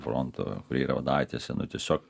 fronto kurie yra vadavietėse nu tiesiog